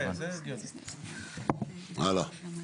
הלאה.